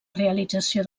realització